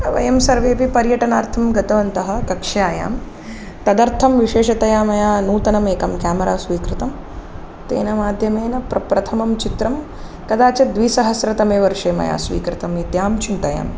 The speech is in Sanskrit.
वयं सर्वेपि पर्यटनार्थं गतवन्तः कक्ष्यायां तदर्थं विशेषतया मया नूतनमेकं केमरा स्वीकृतं तेन माध्यमेन प्रप्रथमं चित्रं कदाचित् द्विसहस्रतमे वर्षे मया स्वीकृतमित्यहं चिन्तयामि